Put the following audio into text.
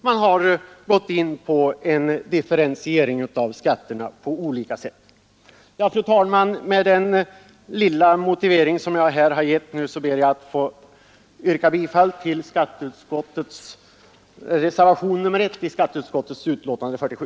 Man har gått in för en differentiering av skatterna på olika sätt. Fru talman! Med den korta motivering jag här givit ber jag att få yrka bifall till reservationen 1 i skatteutskottets betänkande nr 47.